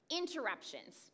interruptions